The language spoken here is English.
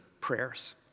prayers